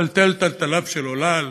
לתלתל תלתליו של עולל,